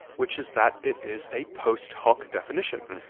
which is that it is a post hoc definition.